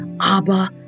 Abba